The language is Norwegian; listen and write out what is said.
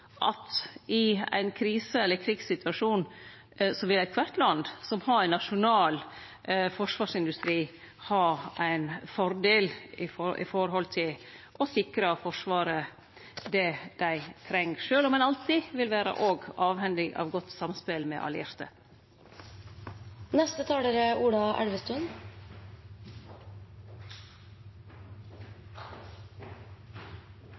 at i ein krise- eller krigssituasjon vil alle land som har ein nasjonal forsvarsindustri, ha ein fordel når det gjeld å sikre forsvaret det dei treng, sjølv om ein alltid også vil vere avhengig av godt samspel med